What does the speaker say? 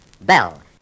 Bell